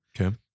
Okay